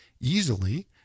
easily